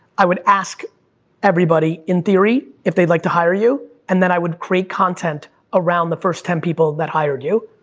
i would ask everybody, in theory, if they'd like to hire you, and then i would create content around the first ten people that hired you,